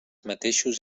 mateixos